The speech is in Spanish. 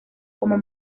como